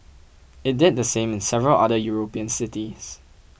it did the same in several other European cities